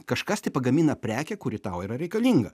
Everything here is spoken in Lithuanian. kažkas tai pagamina prekę kuri tau yra reikalinga